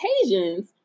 occasions